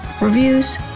reviews